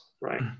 right